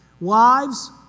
Wives